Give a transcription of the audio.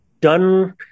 done